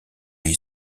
high